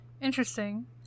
interesting